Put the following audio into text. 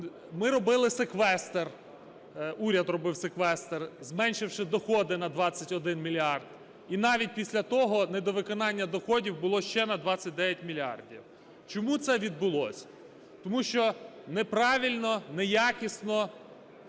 Ми робили секвестр, уряд робив секвестр, зменшивши доходи на 21 мільярд, і навіть після того недовиконання доходів було ще на 29 мільярдів. Чому це відбулося? Тому що неправильно, неякісно